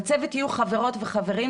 בצוות יהיו חברות וחברים,